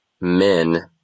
men